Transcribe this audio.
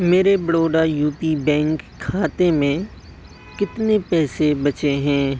میرے Baroda U P bank کھاتے میں کتنے پیسے بچے ہیں